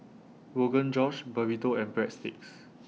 Rogan Josh Burrito and Breadsticks